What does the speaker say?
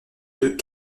deux